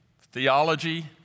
Theology